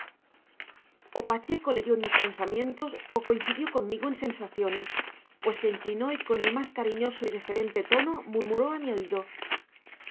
o pacheco leyó en mis pensamientos o coincidió conmigo en sensaciones pues se inclinó y con el más cariñoso y deferente tono murmuró a mi oído